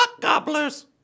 gobblers